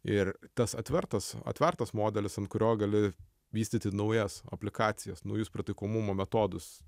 ir tas atvertas atvertas modelis ant kurio gali vystyti naujas aplikacijas naujus pritaikomumo metodus